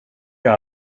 jag